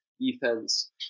defense